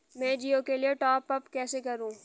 मैं जिओ के लिए टॉप अप कैसे करूँ?